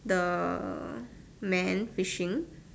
the man fishing